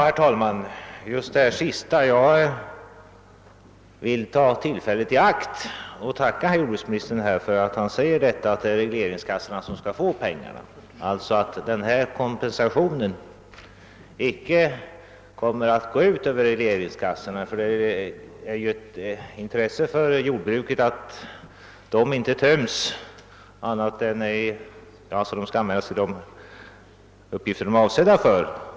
Herr talman! Jag vill ta tillfället i akt och tacka jordbruksministern för det sista han sade, nämligen att det är regleringskassorna som skall erhålla pengarna. Kompensationen får icke gå ut över regleringskassorna. Det är ett intresse för jordbruket att dessa kassor inte töms, utan att de kan användas för de uppgifter för vilka de är avsedda.